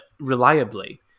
reliably